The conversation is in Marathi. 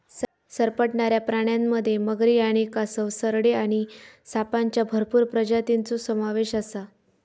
सरपटणाऱ्या प्राण्यांमध्ये मगरी आणि कासव, सरडे आणि सापांच्या भरपूर प्रजातींचो समावेश आसा